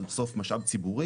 זה סוף סוף משאב ציבורי,